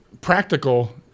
practical